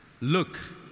Look